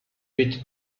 with